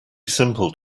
simple